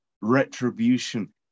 retribution